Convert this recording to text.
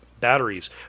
batteries